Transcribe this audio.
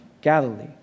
Galilee